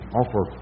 offer